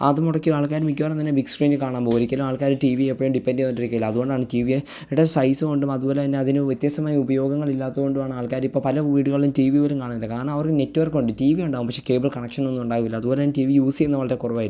അത് മുടക്കി ആൾക്കാർ മിക്കവാറും തന്നെ ബിഗ് സ്ക്രീനിൽ കാണാൻ പോവും ഒരിക്കലും ആൾക്കാർ ടിവിയെ എപ്പോഴും ഡിപ്പെൻഡ് ചെയ്തുകൊണ്ടിരിക്കുകയില്ല അതുകൊണ്ടാണ് ടി വിയുടെ സൈസ് കൊണ്ടും അതുപോലെത്തന്നെ അതിന് വ്യത്യസ്ഥമായ ഉപയോഗങ്ങളില്ലാത്തതുകൊണ്ടുമാണാൾക്കാരിപ്പോൾ പല വീടുകളിലും ടി വി പോലും കാണുന്നില്ല കാരണം അവർക്ക് നെറ്റ്വർക്കുണ്ട് ടി വി ഉണ്ടാവും പക്ഷേ കേബിൾ കണക്ഷനൊന്നും ഉണ്ടാവൂല്ല അതുപോലെ ടി വി യൂസ് ചെയ്യുന്നത് വളരെ കുറവായിരിക്കും